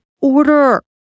order